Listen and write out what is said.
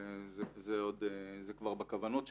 וזה כבר בכוונות שלנו.